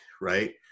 right